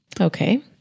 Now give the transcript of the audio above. Okay